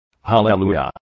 Hallelujah